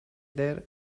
their